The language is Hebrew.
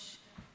אדוני השר אלקין,